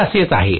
हे असेच होते